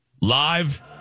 Live